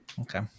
Okay